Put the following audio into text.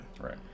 Right